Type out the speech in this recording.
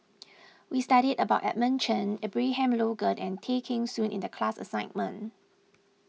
we studied about Edmund Cheng Abraham Logan and Tay Kheng Soon in the class assignment